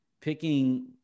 picking